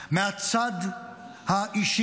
מהצד האישי,